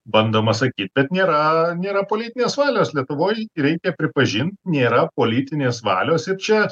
bandoma sakyt bet nėra nėra politinės valios lietuvoj reikia pripažint nėra politinės valios ir čia